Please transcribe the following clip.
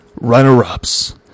runner-ups